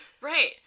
Right